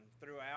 throughout